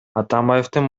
атамбаевдин